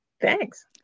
Thanks